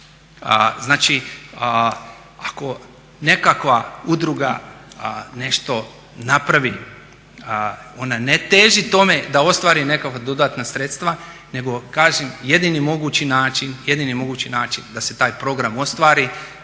Znači ako nekakva udruga nešto napravi ona ne teži tome da ostvari nekakva dodatna sredstva nego kažem jedini mogući način da se taj program ostvari